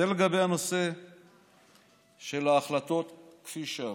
זה לגבי הנושא של ההחלטות, כפי שאמרת.